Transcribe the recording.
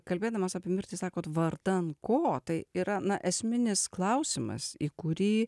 kalbėdamas apie mirtį sakot vardan ko tai yra na esminis klausimas į kurį